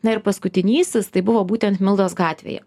na ir paskutinysis tai buvo būtent mildos gatvėje